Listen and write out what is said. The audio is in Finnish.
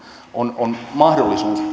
on on mahdollisuus